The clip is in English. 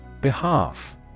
Behalf